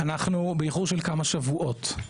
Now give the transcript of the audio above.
אנחנו באיחור של כמה שבועות.